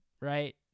right